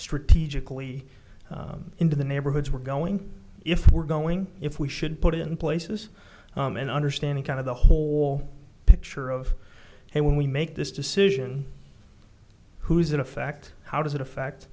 strategically into the neighborhoods we're going if we're going if we should put in places and understanding kind of the whole picture of when we make this decision who's in effect how does it